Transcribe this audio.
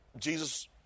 Jesus